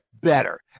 better